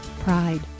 Pride